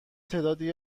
تعدادی